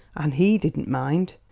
and he didn't mind.